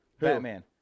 Batman